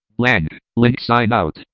like link sign out?